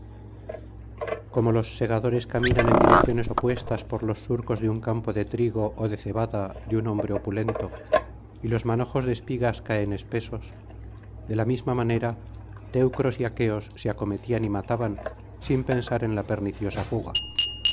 como los segadores caminan en direcciones opuestas por los surcos de un campo de trigo ó de cebada de un hombre opulento y los manojos de espigas caen espesos de la misma manera teucros y aqueos se acometían y mataban sin pensar en la perniciosa fuga